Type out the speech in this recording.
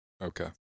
Okay